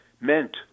meant